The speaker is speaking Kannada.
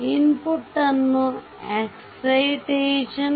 ಇನ್ಪುಟ್ ಅನ್ನು ಎಕ್ಸಿಟೇಷನ್excitation